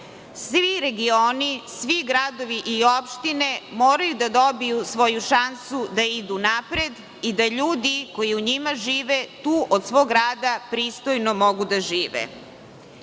Svi regioni, svi gradovi i opštine moraju da dobiju svoju šansu da idu napred i da ljudi koji u njima žive tu od svog rada pristojno mogu da žive.U